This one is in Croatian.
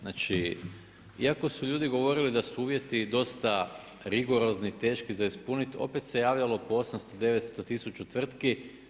Znači iako su ljudi govorili da su uvjeti dosta rigorozni, teški za ispuniti opet se javljalo po 800, 900, 1000 tvrtki.